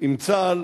עם צה"ל,